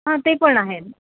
हां ते पण आहेत